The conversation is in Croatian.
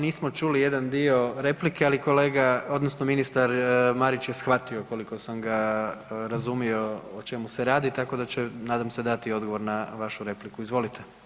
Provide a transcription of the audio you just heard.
Nismo čuli jedan dio replike, ali kolega odnosno ministar Marić je shvatio, koliko sam ga razumio, o čemu se radi, tako da će nadam se dati odgovor na vašu repliku, izvolite.